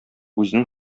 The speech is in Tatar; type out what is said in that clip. үзенең